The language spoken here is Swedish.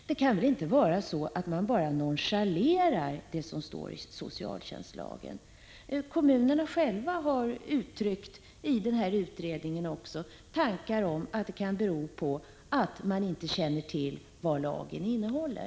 Det kan väl inte vara så att man bara nonchalerar det som står i socialtjänstlagen? Kommunerna själva har i utredningen uttryckt att det hela kan bero på att man inte känner till vad lagen innehåller.